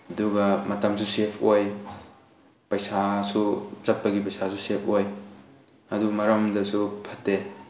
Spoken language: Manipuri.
ꯑꯗꯨꯒ ꯃꯇꯝꯁꯨ ꯁꯦꯐ ꯑꯣꯏ ꯄꯩꯁꯥꯁꯨ ꯆꯠꯄꯒꯤ ꯄꯩꯁꯥꯁꯨ ꯁꯦꯐ ꯑꯣꯏ ꯑꯗꯨ ꯑꯃꯔꯣꯝꯗꯁꯨ ꯐꯠꯇꯦ